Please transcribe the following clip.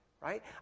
right